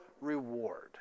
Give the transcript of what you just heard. reward